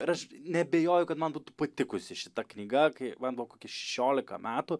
ir aš neabejoju kad man būtų patikusi šita knyga kai man buvo kokie šešiolika metų